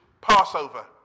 Passover